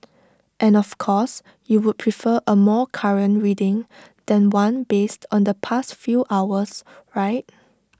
and of course you would prefer A more current reading than one based on the past few hours right